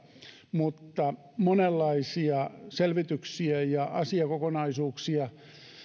mutta monenlaisia selvityksiä ja asiakokonaisuuksia